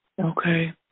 Okay